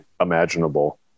imaginable